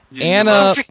Anna